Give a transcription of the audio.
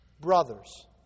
brothers